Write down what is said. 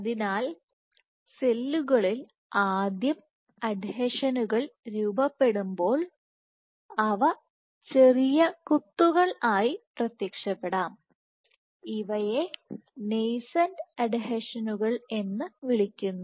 അതിനാൽ സെല്ലുകളിൽ ആദ്യം അഡ്ഹീഷനുകൾ രൂപപ്പെടുമ്പോൾ ഇവ ചെറിയ കുത്തുകൾ ആയി പ്രത്യക്ഷപ്പെടാം ഇവയെ നേസെന്റ് അഡ്ഹീഷനുകൾ എന്നും വിളിക്കുന്നു